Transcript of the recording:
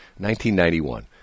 1991